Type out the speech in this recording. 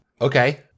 Okay